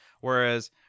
Whereas